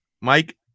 Mike